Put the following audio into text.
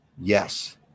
Yes